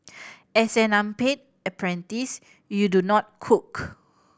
as an unpaid apprentice you do not cook